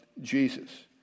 Jesus